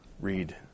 read